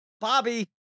Bobby